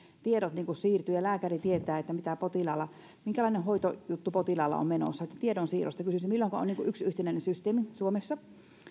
tiedot siirtyvät ja lääkäri tietää minkälainen hoitojuttu potilaalla on menossa eli tiedonsiirrosta kysyisin milloinka on yksi yhtenäinen systeemi suomessa